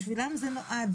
בשבילם זה נועד.